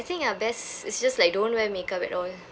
think uh best is just like don't wear makeup at all